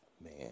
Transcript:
man